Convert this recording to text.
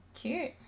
Cute